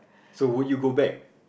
so would you go back